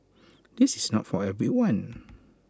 this is not for everyone